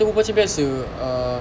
kita berbual cam biasa uh